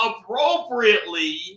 appropriately